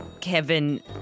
Kevin